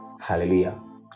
Hallelujah